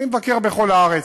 ואני מבקר בכל הארץ.